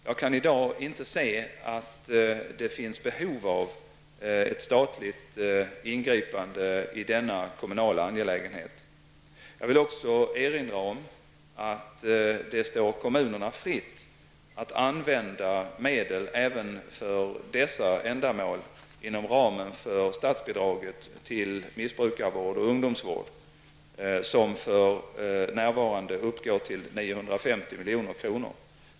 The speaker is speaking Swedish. Jag kan i dag inte se att det finns behov av ett statligt inripande i denna kommunala angelägenhet. Jag vill också erinra om att det står kommunerna fritt att använda medel även för dessa ändamål inom ramen för statsbidraget till missbrukarvård och ungdomsvård, som för närvarande uppgår till 950 milj.kr.